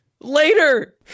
later